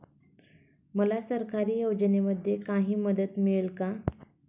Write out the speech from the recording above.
मला सरकारी योजनेमध्ये काही मदत मिळेल का?